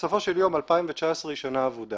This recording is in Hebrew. בסופו של יום שנת 2019 היא שנה אבודה.